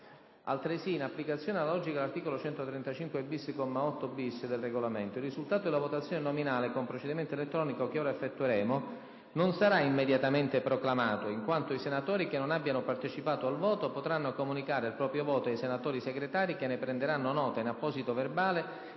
Altresì, in applicazione analogica dell'articolo 135-*bis*, comma 8-*bis*, del Regolamento, il risultato della votazione nominale con procedimento elettronico che ora effettueremo non sarà immediatamente proclamato in quanto i senatori che non abbiano partecipato al voto potranno comunicare il proprio voto ai senatori Segretari, che ne prenderanno nota in apposito verbale,